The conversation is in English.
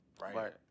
Right